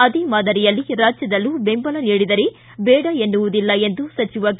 ಅದೇ ಮಾದರಿಯಲ್ಲಿ ರಾಜ್ಯದಲ್ಲೂ ಬೆಂಬಲ ನೀಡಿದರೆ ಬೇಡ ಎನ್ನುವುದಿಲ್ಲ ಎಂದು ಸಚಿವ ಕೆ